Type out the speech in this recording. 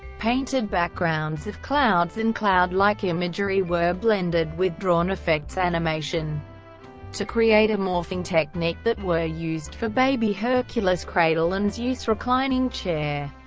painted backgrounds of clouds and cloud-like imagery were blended with drawn effects animation to create a morphing technique that were used for baby hercules's cradle and zeus's reclining chair.